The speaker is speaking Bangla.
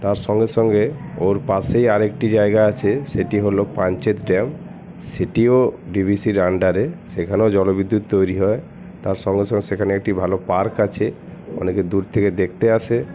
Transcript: তার সঙ্গে সঙ্গে ওর পাশেই আর একটি জায়গা আছে সেটি হলো পাঞ্চেত ড্যাম সেটিও ডিভিসির আন্ডারে সেখানেও জলবিদ্যুৎ তৈরি হয় তার সঙ্গে সঙ্গে সেখানে একটি ভালো পার্ক আছে অনেকে দূর থেকে দেখতে আসে